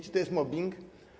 Czy to jest mobbing?